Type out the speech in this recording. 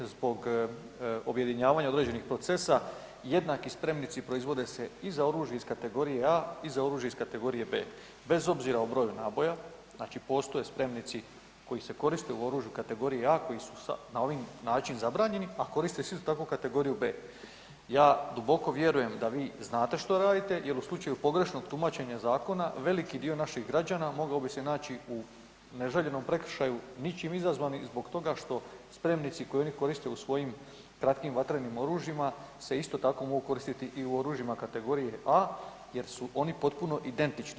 Zbog objedinjavanja određenih procesa jednaki spremnici proizvode se i za oružje iz kategorije A i za oružje iz kategorije B. Bez obzira o broju naboja, znači postoje spremnici koji se koriste u oružju kategorije A koji su na ovaj način zabranjeni, a koriste se isto tako za kategoriju B. Ja duboko vjerujem da vi znate što radite jel u slučaju pogrešnog tumačenja zakona veliki dio naših građana mogao bi se naći u neželjenom prekršaju ničim izazvani zbog toga što spremnici koje oni koriste u svojim kratkim vatrenim oružjima se isto tako mogu koristiti i u oružjima kategorije A jer su oni potpuno identični.